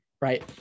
right